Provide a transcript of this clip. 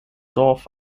dorf